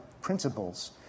principles